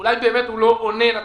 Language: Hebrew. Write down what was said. הוא באמת הוא לא עונה לצרכים?